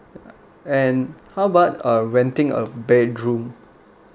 and how about uh renting a bedroom